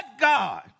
God